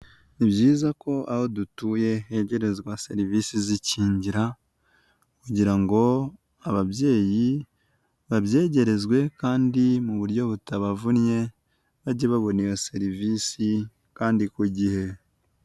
Ni byiza ko aho dutuye hegerezwa serivisi z'ikingira kugira ngo ababyeyi babyegerezwe kandi mu buryo butabavunnye, bajye babona iyo serivisi kandi ku gihe.